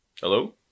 Hello